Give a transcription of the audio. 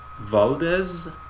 valdez